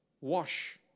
wash